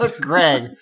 Greg